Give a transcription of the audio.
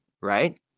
right